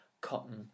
cotton